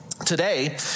Today